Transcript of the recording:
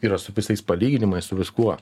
yra su visais palyginimais su viskuo